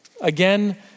Again